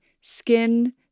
skin